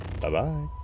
Bye-bye